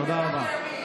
תודה רבה.